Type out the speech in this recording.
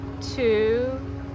two